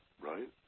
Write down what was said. right